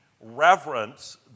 reverence